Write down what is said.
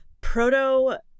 proto